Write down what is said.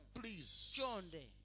please